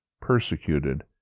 persecuted